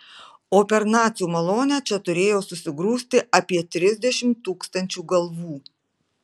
o per nacių malonę čia turėjo susigrūsti apie trisdešimt tūkstančių galvų